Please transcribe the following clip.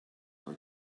are